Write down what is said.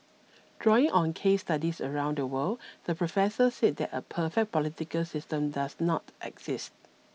drawing on case studies around the world the professor said that a perfect political system does not exist